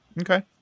Okay